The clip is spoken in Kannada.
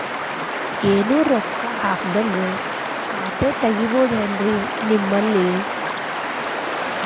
ಏನು ರೊಕ್ಕ ಹಾಕದ್ಹಂಗ ಖಾತೆ ತೆಗೇಬಹುದೇನ್ರಿ ನಿಮ್ಮಲ್ಲಿ?